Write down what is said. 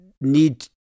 need